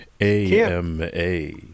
A-M-A